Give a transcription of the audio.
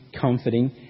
comforting